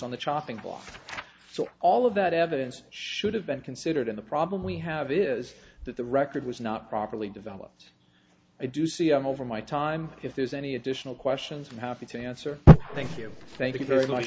on the chopping block so all of that evidence should have been considered in the problem we have is that the record was not properly developed i do see i'm over my time if there's any additional questions i'm happy to answer thank you thank you very much